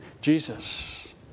Jesus